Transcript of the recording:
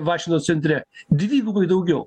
vašino centre dvigubai daugiau